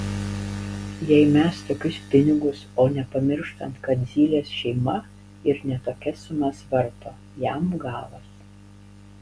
jei mes tokius pinigus o nepamirštant kad zylės šeima ir ne tokias sumas varto jam galas